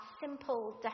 simple